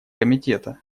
комитета